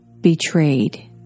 betrayed